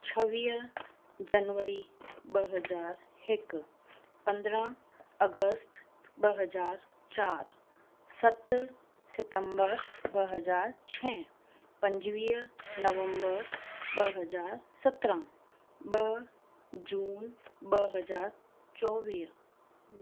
छवीह जनवरी ॿ हज़ार हिकु पंद्रहां अगस्त ॿ हज़ार चारि सत सितम्बर ॿ हज़ार छह पंजवीह नवंम्बर ॿ हज़ार सत्रहां ॿ जून ॿ हज़ार चोवीह